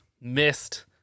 missed